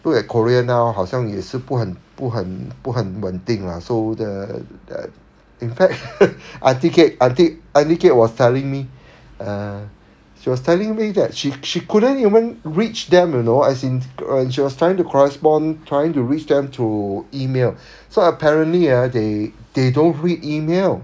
look at korea now 好像也是不很不很不很稳定 lah so the the in fact aunty kate aunty aunty kate was telling me err she was telling me that she she couldn't even reach them you know as in err she was trying to correspond trying to reach them through email so apparently ah they they don't read email